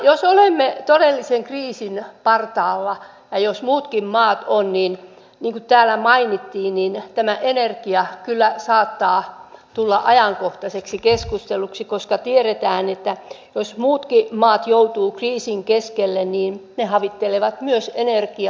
jos olemme todellisen kriisin partaalla ja jos muutkin maat ovat niin kuten täällä mainittiin tämä energia kyllä saattaa tulla ajankohtaiseksi keskusteluksi koska tiedetään että jos muutkin maat joutuvat kriisin keskelle niin ne havittelevat myös energiaa